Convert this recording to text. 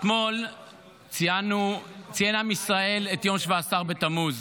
אתמול ציין עם ישראל את יום 17 בתמוז.